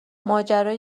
ماجرای